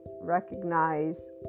recognize